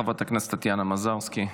חברת הכנסת טטיאנה מזרסקי,